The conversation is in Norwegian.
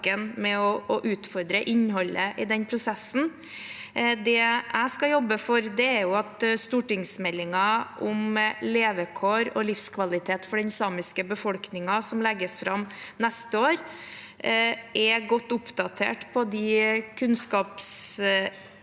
ved å utfordre innholdet i den prosessen. Det jeg skal jobbe for, er at stortingsmeldingen om levekår og livskvalitet for den samiske befolkningen som legges fram neste år, er godt oppdatert på de kunnskapsinnspillene